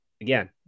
Again